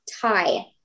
tie